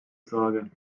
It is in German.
sorge